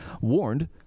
warned